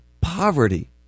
poverty